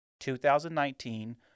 2019